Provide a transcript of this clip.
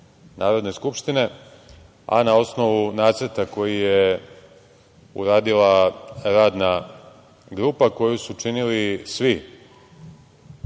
Narodne skupštine, a na osnovu Nacrta koji je uradila Radna grupa, koju su činili svi